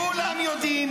כולם יודעים,